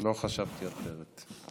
לא חשבתי אחרת.